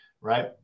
right